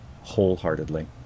wholeheartedly